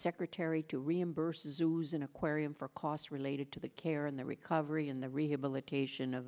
secretary to reimburses who's an aquarium for costs related to the care and the recovery and the rehabilitation of